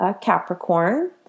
Capricorn